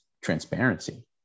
transparency